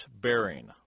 bearing